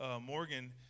Morgan